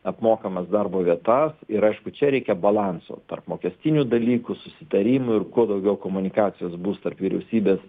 apmokamas darbo vietas ir aišku čia reikia balanso tarp mokestinių dalykų susitarimų ir kuo daugiau komunikacijos bus tarp vyriausybės